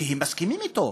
כי הם מסכימים אתו.